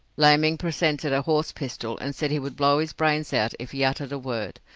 laming presented a horse-pistol and said he would blow his brains out if he uttered a word,